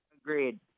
Agreed